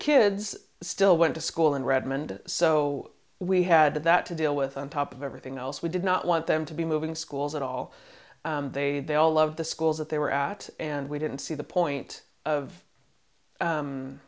kids still went to school in redmond so we had that to deal with on top of everything else we did not want them to be moving schools at all they they all love the schools that they were at and we didn't see the point of